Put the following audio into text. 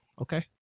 okay